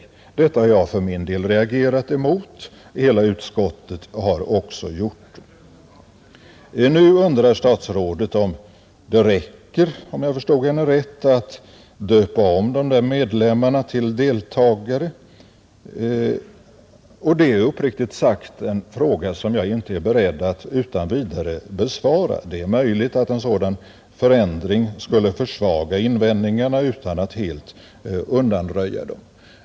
Detta har jag för min del reagerat emot. Hela utskottet har också gjort det. Nu undrar statsrådet om det räcker — om jag förstod henne rätt — att döpa om dessa medlemmar till deltagare, Det är uppriktigt sagt en fråga som jag inte är beredd att utan vidare besvara, Det är möjligt att en sådan förändring skulle försvaga invändningarna utan att helt undanröja dem.